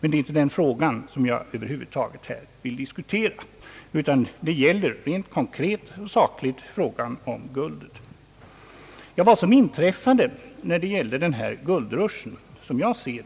Det är emellertid inte den frågan, som jag vill diskutera, utan diskussionen gäller helt konkret och sakligt frågan om guldet. Vad som inträffade vid den s.k. guldrushen var, såsom jag ser